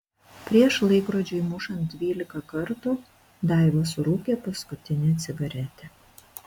prieš laikrodžiui mušant dvylika kartų daiva surūkė paskutinę cigaretę